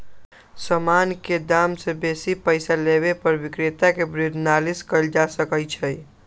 समान के दाम से बेशी पइसा लेबे पर विक्रेता के विरुद्ध नालिश कएल जा सकइ छइ